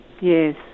Yes